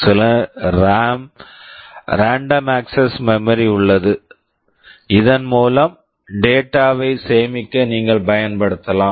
சில RAM RAM random access memory random access memory உள்ளது இதன் மூலம் டேட்டா data வை சேமிக்க நீங்கள் பயன்படுத்தலாம்